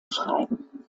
schreiben